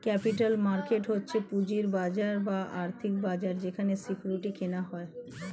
capital market হচ্ছে পুঁজির বাজার বা আর্থিক বাজার যেখানে সিকিউরিটি কেনা হয়